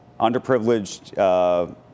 underprivileged